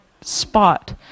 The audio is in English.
spot